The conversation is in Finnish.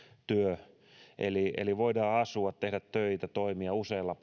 työ eli eli voidaan asua tehdä töitä toimia useilla